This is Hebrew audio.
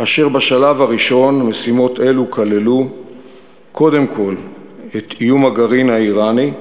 כאשר בשלב הראשון משימות אלו כללו קודם כול את איום הגרעין האיראני,